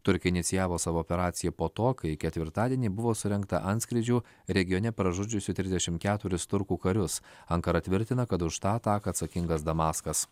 turkija inicijavo savo operaciją po to kai ketvirtadienį buvo surengta antskrydžių regione pražudžiusių trisdešim keturis turkų karius ankara tvirtina kad už tą ataką atsakingas damaskas